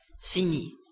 fini